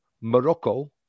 Morocco